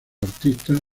artistas